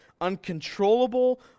uncontrollable